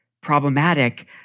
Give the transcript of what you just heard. problematic